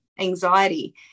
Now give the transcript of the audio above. anxiety